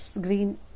green